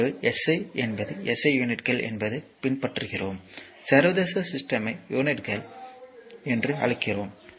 ஆகவே எஸ்ஐ என்பது எஸ்ஐ யூனிட்கள் என்பதை பின்பற்றுகிறோம் சர்வதேச சிஸ்டம்யை யூனிட்டுகள் என்று அழைக்கிறோம்